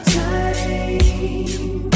time